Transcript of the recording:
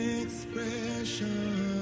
expression